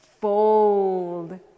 fold